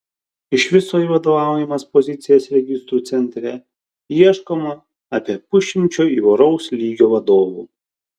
iš viso į vadovaujamas pozicijas registrų centre ieškoma apie pusšimčio įvairaus lygio vadovų